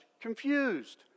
confused